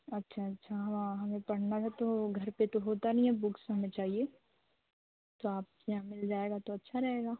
अच्छा अच्छा हाँ हमें पढ़ना था तो घर पर तो होता नी ए बुक्स हमें चाहिए तो आपके यहाँ मिल जाएगा तो अच्छा रहेगा